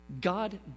God